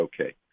okay